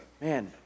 man